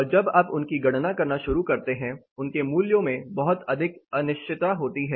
और जब आप उनकी गणना करना शुरू करते हैं उनके मूल्यों में बहुत अधिक अनिश्चितता होती है